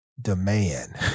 demand